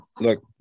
Look